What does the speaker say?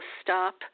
stop